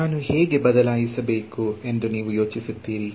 ನಾನು ಹೇಗೆ ಬದಲಾಯಿಸಬೇಕೆಂದು ನೀವು ಯೋಚಿಸುತ್ತೀರಿ